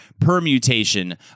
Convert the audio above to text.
permutation